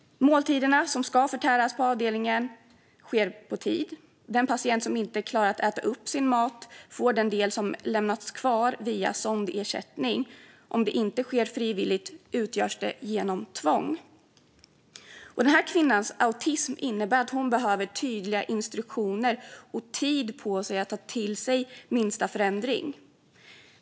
Måltiderna, som ska förtäras på avdelningen, sker på tid. Den patient som inte klarat att äta upp sin mat får den del som lämnats kvar via sond. Om det inte sker frivilligt görs det genom tvång. Denna kvinnas autism innebär att kvinnan behöver tydliga instruktioner och tid på sig för att ta till sig minsta förändring.